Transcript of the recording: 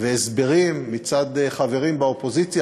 והסברים מצד חברים באופוזיציה,